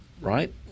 right